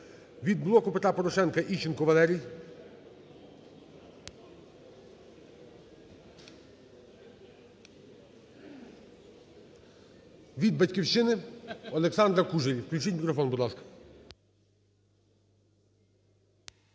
Від "Блоку Петра Порошенка" – Іщенко Валерій. Від "Батьківщини" – Олександра Кужель. Включіть мікрофон, будь ласка.